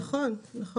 נכון.